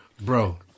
Bro